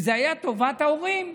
וזה היה טובת ההורים,